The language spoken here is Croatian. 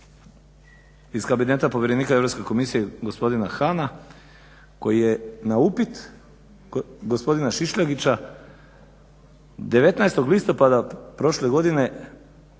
iz Kabineta povjerenika Europske komisije gospodina Hahna koji je na upit gospodina Šišljagića 19. listopada prošle godine,